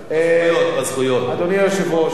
אדוני היושב-ראש,